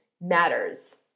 matters